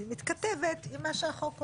והיא מתכתבת עם מה שהחוק אומר.